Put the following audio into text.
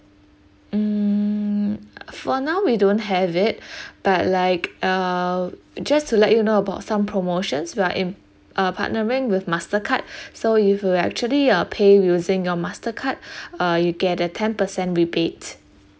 mm for now we don't have it but like uh just to let you know about some promotions we are in uh partnering with mastercard so if you actually uh pay using your mastercard uh you get a ten percent rebate